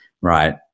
right